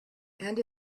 and